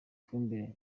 fumbire